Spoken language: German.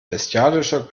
bestialischer